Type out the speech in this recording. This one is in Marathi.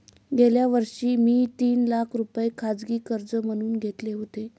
गेल्या वर्षी मी तीन लाख रुपये खाजगी कर्ज म्हणून घेतले होते